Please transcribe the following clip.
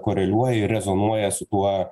koreliuoja ir rezonuoja su tuo